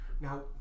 Now